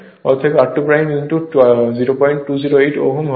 অতএব r2 0208 ohm হবে